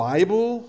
Bible